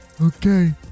Okay